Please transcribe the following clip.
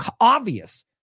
obvious